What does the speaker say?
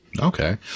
Okay